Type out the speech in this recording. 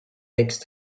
next